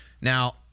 Now